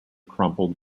crumpled